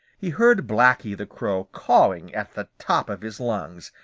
he heard blacky the crow cawing at the top of his lungs,